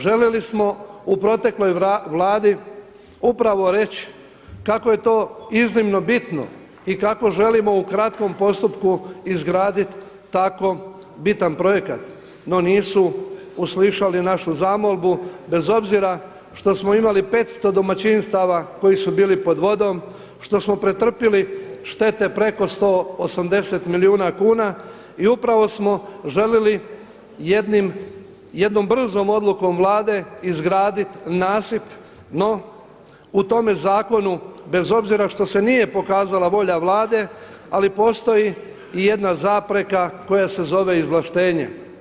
Željeli smo u protekloj vladi upravo reći kako je to iznimno bitno i kako želimo u kratkom postupku izgraditi tako bitan projekat, no nisu uslišali našu zamolbu bez obzira što smo imali 500 domaćinstava koji su bili pod vodom, što smo pretrpili štete preko 180 milijuna kuna i upravo smo želili jednom brzom odlukom Vlade izgraditi nasip, no u tome zakonu bez obzira što se nije pokazala volja vlade, ali postoji i jedna zapreka koja se zove izvlaštenje.